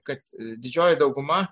kad didžioji dauguma